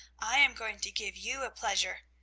i am going to give you a pleasure.